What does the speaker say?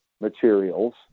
materials